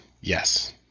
Yes